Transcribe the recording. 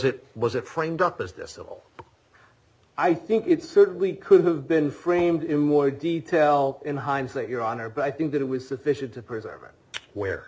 civil i think it certainly could have been framed in more detail in hindsight your honor but i think that it was sufficient to preserve it where